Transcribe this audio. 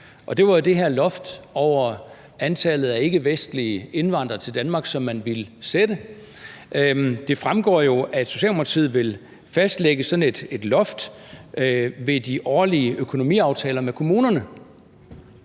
det var jo det her loft over antallet af ikkevestlige indvandrere til Danmark, som man ville lægge. Det fremgår jo, at Socialdemokratiet vil fastlægge sådan et loft ved de årlige økonomiaftaler med kommunerne.